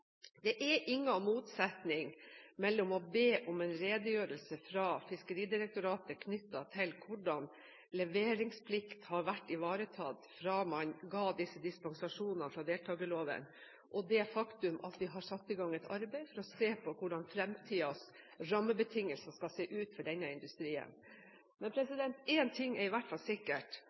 Det er ingen motsetning mellom å be om en redegjørelse fra Fiskeridirektoratet knyttet til hvordan leveringsplikt har vært ivaretatt fra man ga disse dispensasjonene fra deltakerloven, og det faktum at vi har satt i gang et arbeid for å se på hvordan fremtidens rammebetingelser skal se ut for denne industrien. Én ting er i hvert fall sikkert: